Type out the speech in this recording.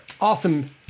awesome